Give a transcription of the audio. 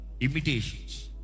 imitations